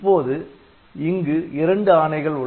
இப்போது இங்கு இரண்டு ஆணைகள்